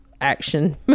action